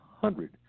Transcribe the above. hundred